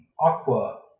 aqua